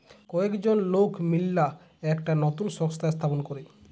কয়েকজন লোক মিললা একটা নতুন সংস্থা স্থাপন করে